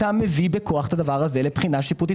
אתה מביא בכוח את הדבר הזה לבחינה שיפוטית